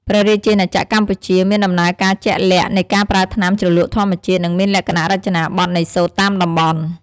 ព្រះរាជាណាចក្រកម្ពុជា មានដំណើរការជាក់លាក់នៃការប្រើថ្នាំជ្រលក់ធម្មជាតិ និងមានលក្ខណៈរចនាបថនៃសូត្រតាមតំបន់។